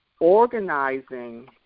organizing